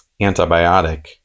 antibiotic